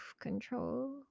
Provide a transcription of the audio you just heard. control